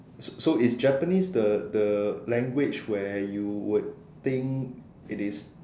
so so is Japanese the the language where you would think it is